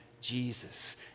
Jesus